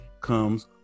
comes